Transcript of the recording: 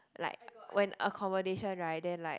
like when accommodation right then like